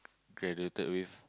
graduated with